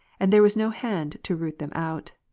and there was no hand to root them out.